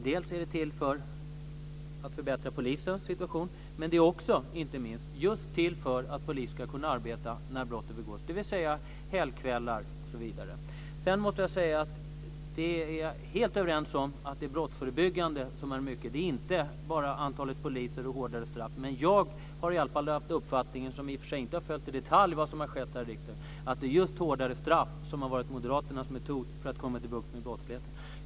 Det är till för att förbättra polisernas situation, men det är också, inte minst, till för att poliser ska kunna arbeta när brotten begås, dvs. helgkvällar osv. Vi är helt överens om att det brottsförebyggande arbetet är mycket viktigt. Det handlar inte bara om antalet poliser och om hårdare straff. Men jag, som i och för sig inte har följt i detalj vad som har skett här i riksdagen, har i alla fall haft uppfattningen att det just är hårdare straff som har varit moderaternas metod för att få bukt med brottsligheten.